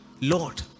Lord